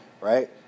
right